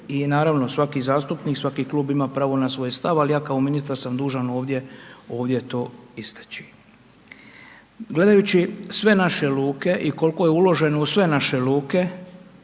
i naravno, svaki zastupnik i svaki klub ima svoj stav, ali ja kao ministar sam dužan ovdje to istači. Gledajući sve naše luke i koliko je uloženo u sve naše luke,